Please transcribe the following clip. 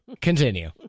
Continue